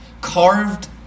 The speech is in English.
Carved